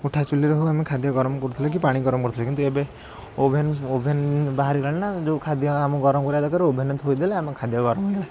ଉଠାଚୁଲିରେ ହେଉ ଆମେ ଖାଦ୍ୟ ଗରମ କରୁଥିଲେ କି ପାଣି ଗରମ କରୁଥିଲେ କିନ୍ତୁ ଏବେ ଓଭେନ୍ ଓଭେନ୍ ବାହାରି ଗଲାଣି ନା ଯେଉଁ ଖାଦ୍ୟ ଆମକୁ ଗରମ କରିବା ଦରକାର ଓଭେନ୍ରେ ଥୋଇଦେଲେ ଆମ ଖାଦ୍ୟ ଗରମ ହେଇଗଲା